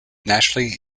nationally